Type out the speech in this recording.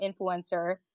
influencer